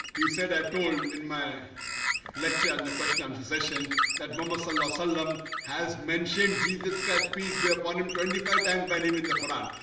he said i told in my lecture and the question answer session that vamos a la sallam has mentioned jesus christ. peace be upon him twenty five times by name in the quran,